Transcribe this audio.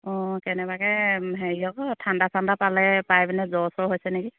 অঁ কেনেবাকৈ হেৰি আকৌ ঠাণ্ড চাণ্ডা পালে পাই পিনে জ্বৰ চৰ হৈছে নেকি